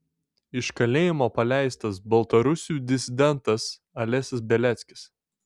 iš kalėjimo paleistas baltarusių disidentas alesis beliackis